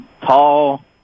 tall